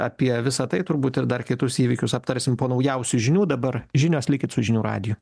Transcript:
apie visa tai turbūt ir dar kitus įvykius aptarsim po naujausių žinių dabar žinios likit su žinių radiju